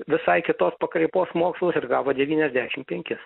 visai kitos pakraipos mokslus ir gavo devyniasdešim penkis